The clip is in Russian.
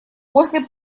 после